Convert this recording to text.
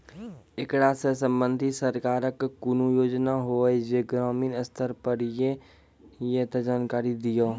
ऐकरा सऽ संबंधित सरकारक कूनू योजना होवे जे ग्रामीण स्तर पर ये तऽ जानकारी दियो?